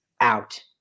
out